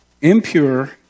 impure